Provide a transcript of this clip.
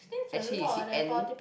actually you see end